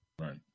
Right